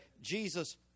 Jesus